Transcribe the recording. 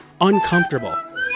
uncomfortable